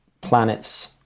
planet's